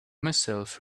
myself